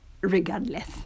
regardless